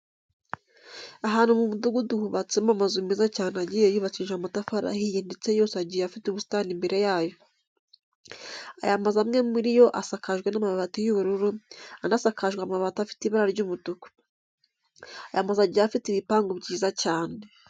Ahantu mu mudugudu hubatsemo amazu meza cyane agiye yubakishije amatafari ahiye ndetse yose agiye afite ubusitani imbere yayo. Aya mazu amwe muri yo asakajwe n'amabati y'ubururu, andi asakajwe amabati afite ibara ry'umutuku. Aya mazu agiye afite ibipangu byiza cyane.